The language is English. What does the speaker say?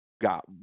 got